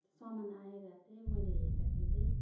त्यो सामान आएर चाहिँ मैले हेर्दाखेरि चाहिँ